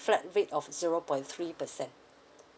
flat rate of zero point three percent